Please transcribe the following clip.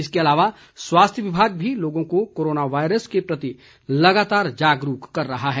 इसके अलावा स्वास्थ्य विभाग भी लोगों को कोरोना वायरस के प्रति लगातार जागरूक कर रहा है